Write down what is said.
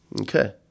Okay